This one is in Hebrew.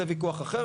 זה ויכוח אחר.